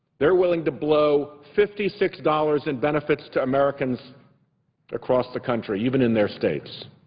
they're willing to blow fifty six dollars in benefits to americans across the country, even in their states.